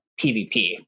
PVP